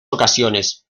ocasiones